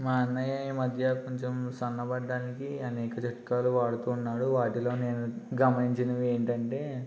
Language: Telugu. మా అన్నయ్య ఈ మధ్య కొంచెం సన్నబడ్డానికి అనేక చిట్కాలు వాడుతున్నాడు వాటిలో నేను గమనించినవి ఏంటంటే